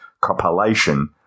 compilation